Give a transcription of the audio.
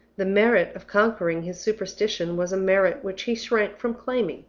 the merit of conquering his superstition was a merit which he shrank from claiming,